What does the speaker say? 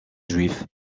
juive